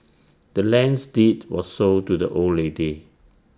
the land's deed was sold to the old lady